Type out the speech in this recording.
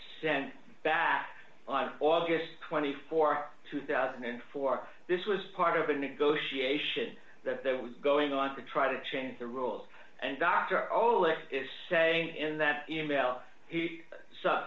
sent back on august twenty four two thousand and four this was part of a negotiation that there was going on to try to change the rules and dr olah is saying in that e mail he s